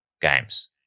games